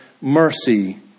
mercy